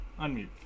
Unmute